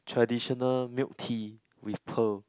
traditional milk tea with pearl